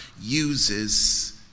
uses